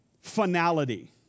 finality